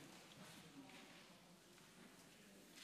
תודה.